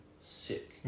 sick